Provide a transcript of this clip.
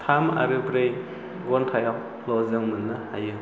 थाम आरो ब्रै घन्टायावल' जों मोननो हायो